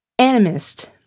animist